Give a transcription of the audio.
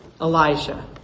Elijah